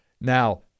Now